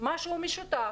משהו משותף,